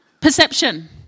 perception